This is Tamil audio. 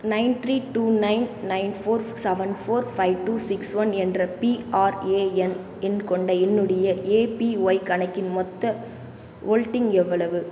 nine three two nine nine four seven four five two six one என்ற பிஆர்ஏஎன் எண் கொண்ட என்னுடைய ஏபிஒய் கணக்கின் மொத்த ஹோல்ட்டிங் எவ்வளவு